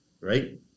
right